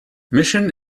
mission